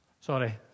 Sorry